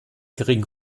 geringen